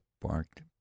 barked